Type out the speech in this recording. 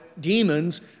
demons